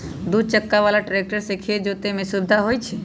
दू चक्का बला ट्रैक्टर से खेत जोतय में सुविधा होई छै